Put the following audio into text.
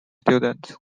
students